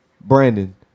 Brandon